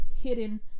hidden